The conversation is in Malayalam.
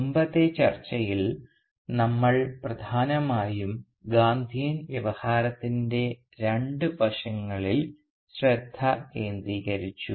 മുമ്പത്തെ ചർച്ചയിൽ നമ്മൾ പ്രധാനമായും ഗാന്ധിയൻ വ്യവഹാരത്തിൻറെ രണ്ട് വശങ്ങളിൽ ശ്രദ്ധ കേന്ദ്രീകരിച്ചു